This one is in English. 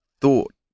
thought